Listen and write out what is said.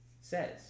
says